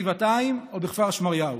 בגבעתיים או בכפר שמריהו.